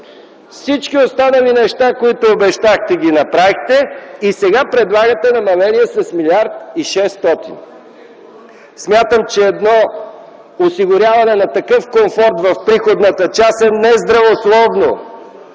всички останали неща, които обещахте, ги направихте и сега предлагате намаление с 1 млрд. 600 млн. Смятам, че едно осигуряване на такъв комфорт в приходната част е нездравословно